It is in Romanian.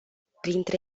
printre